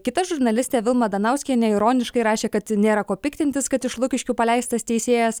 kita žurnalistė vilma danauskienė ironiškai rašė kad nėra ko piktintis kad iš lukiškių paleistas teisėjas